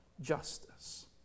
justice